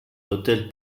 hôtel